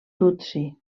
tutsi